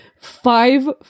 five